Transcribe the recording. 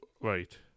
right